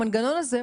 המנגנון הזה,